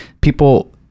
people